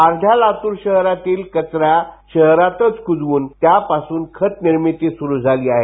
अध्या लातूर शहरातील कचरा शहरातच क्जवून त्यापासून खत निर्मिती सुरू आहे